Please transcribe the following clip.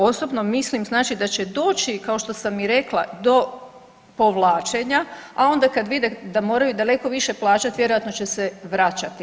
Osobno mislim, znači da će doći kao što sam i rekla do povlačenja, a onda kad vide da moraju daleko više plaćati vjerojatno će se vraćati.